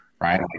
Right